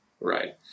Right